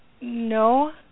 no